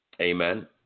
Amen